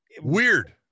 Weird